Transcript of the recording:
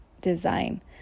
design